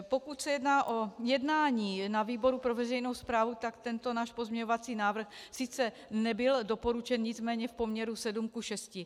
Pokud se jedná o jednání na výboru pro veřejnou správu, tak tento náš pozměňovací návrh sice nebyl doporučen, nicméně v poměru sedm ku šesti.